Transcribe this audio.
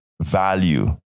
value